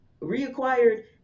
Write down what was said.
reacquired